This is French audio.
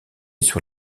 sur